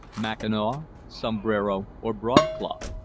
mackinaw, sombrero, or broadcloth.